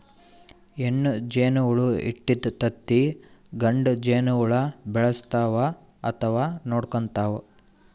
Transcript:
ಹೆಣ್ಣ್ ಜೇನಹುಳ ಇಟ್ಟಿದ್ದ್ ತತ್ತಿ ಗಂಡ ಜೇನಹುಳ ಬೆಳೆಸ್ತಾವ್ ಅಥವಾ ನೋಡ್ಕೊತಾವ್